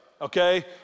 okay